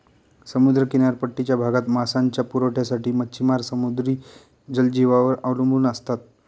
समुद्र किनारपट्टीच्या भागात मांसाच्या पुरवठ्यासाठी मच्छिमार समुद्री जलजीवांवर अवलंबून असतात